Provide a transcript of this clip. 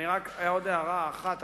עוד הערה אחת.